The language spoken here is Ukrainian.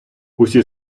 усі